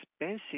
expensive